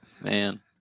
Man